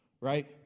right